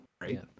right